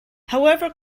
however